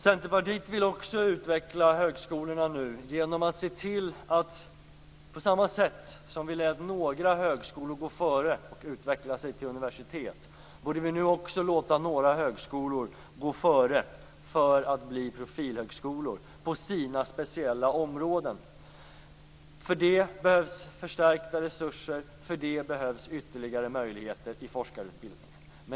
Centerpartiet vill också utveckla högskolorna genom att se till att på samma sätt som vi lät några högskolor gå före och utveckla sig till universitet borde vi nu också låta högskolor gå före för att bli profilhögskolor på sina speciella områden. För det behövs förstärkta resurser och ytterligare möjligheter i forskarutbildningen.